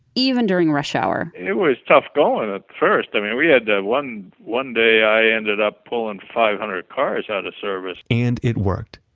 even during rush hour it was tough going at first. i mean, we had that one one day i ended up pulling five hundred cars out of service and it worked,